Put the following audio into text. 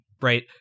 right